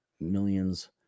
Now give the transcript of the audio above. millions